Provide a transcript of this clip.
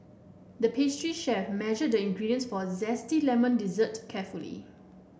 the pastry chef measured the ingredients for zesty lemon dessert carefully